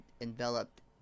enveloped